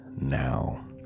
now